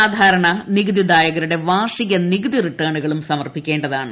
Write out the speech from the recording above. സാധാരണ നികുതിദായകരുടെ വാർഷിക നികുതി റിട്ടേണുകളും സമർപ്പിക്കേണ്ടതാണ്